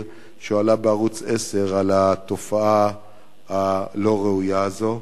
שהועלה בערוץ-10 על התופעה הלא-ראויה הזאת,